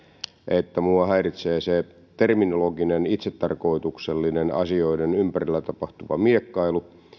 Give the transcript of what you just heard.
että minua häiritsee se terminologinen itsetarkoituksellinen asioiden ympärillä tapahtuva miekkailu